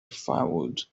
firewood